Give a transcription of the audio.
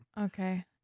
Okay